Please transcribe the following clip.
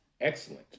excellent